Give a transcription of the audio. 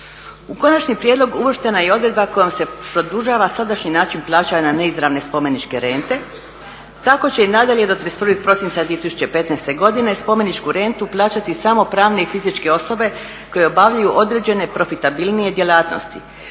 U konačni prijedlog uvrštena je i odredba kojom se produžava sadašnji način plaćanja neizravne spomeničke rente i tako će i nadalje do 31. prosinca 2015. godine spomeničku rentu plaćati samo pravni i fizičke osobe koje obavljaju određene profitabilnije djelatnosti